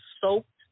soaked